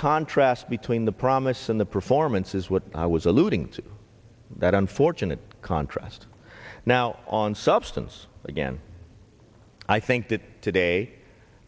contrast between the promise and the performance is what i was alluding to that unfortunate contrast now on substance again i think that today